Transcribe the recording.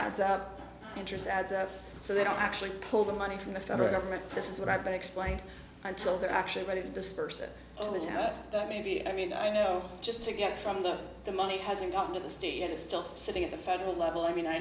adds up interest adds a so they don't actually pull the money from the federal government this is what i've been explained until they're actually ready to disperse it maybe i mean i know just to get from them the money hasn't gotten to the state and it's still sitting at the federal level i mean i